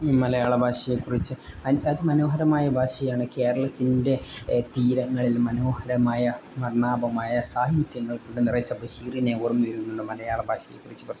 മലയാള ഭാഷയെക്കുറിച്ച് അതിമനോഹരമായ ഭാഷയാണ് കേരളത്തിൻ്റെ തീരങ്ങളിൽ മനോഹരമായ വർണാപമായ സാഹിത്യങ്ങൾ കൊണ്ട് നിറച്ച ബഷീറിനെ ഓർമ വരുന്നുണ്ട് മലയാള ഭാഷയെക്കുറിച്ച് പറയ്